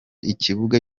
ikibuga